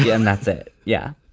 yeah that's it. yeah.